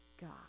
God